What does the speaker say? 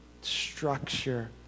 structure